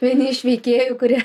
vieni iš veikėjų kurie